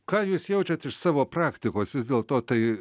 ką jūs jaučiat iš savo praktikos vis dėlto tai